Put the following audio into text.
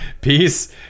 Peace